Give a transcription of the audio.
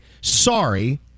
Sorry